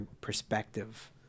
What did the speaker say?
perspective